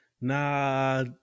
Nah